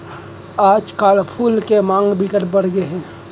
आजकल फूल के मांग बिकट बड़ गे हे